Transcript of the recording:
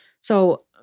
So-